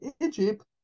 Egypt